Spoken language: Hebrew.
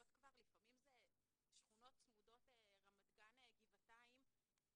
זה באמת עניין טכני שפשוט צריך לפתור אותו,